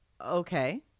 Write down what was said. Okay